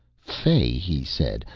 fay, he said,